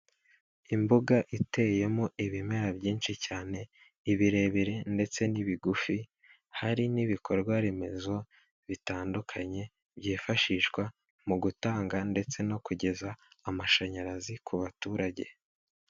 Imbuga iteyemo ibimera byinshi cyane, ibirebire ndetse n'ibigufi. Hari n'ibikorwa remezo bitandukanye, byifashishwa mugutanga ndetse no kugeza amashanyarazi mu baturage.